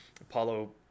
Apollo